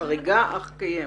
חריגה אך קיימת.